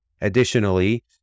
Additionally